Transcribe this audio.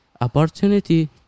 opportunity